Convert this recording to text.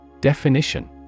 Definition